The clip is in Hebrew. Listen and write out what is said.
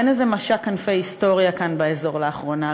אין איזה משק כנפי היסטוריה כאן באזור לאחרונה,